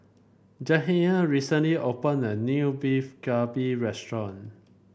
Jaheim recently opened a new Beef Galbi restaurant